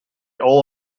all